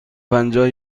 پنجاه